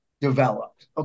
developed